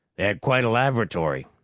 they had quite a laboratory,